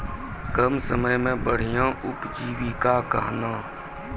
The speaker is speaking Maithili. कम समय मे बढ़िया उपजीविका कहना?